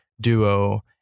duo